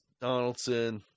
Donaldson